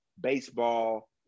baseball